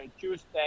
Tuesday